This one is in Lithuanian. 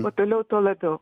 kuo toliau tuo labiau